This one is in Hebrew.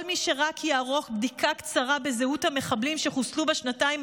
כל מי שרק יערוך בדיקה קצרה בזהות המחבלים שחוסלו בשנתיים